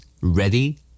ready